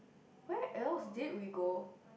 where else did we go